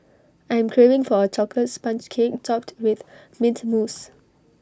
I'm craving for A Chocolate Sponge Cake Topped with Mint Mousse